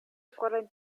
fräulein